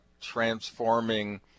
transforming